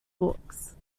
books